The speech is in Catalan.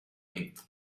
nit